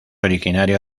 originario